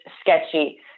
Sketchy